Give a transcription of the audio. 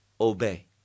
obey